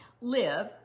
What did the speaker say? live